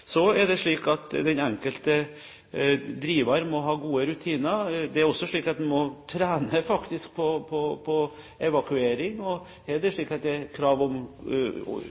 Så er det slik at den enkelte driver må ha gode rutiner. Det er også slik at en faktisk må trene på evakuering. Og der er det